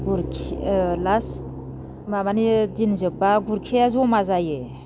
गुरखि ओ लास्ट माबानि दिन जोबबा गुरखिया जमा जायो